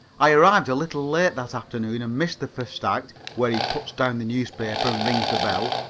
i arrived a little late that afternoon, and missed the first act, where he puts down the newspaper and rings the bell.